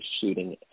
shooting